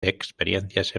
experiencias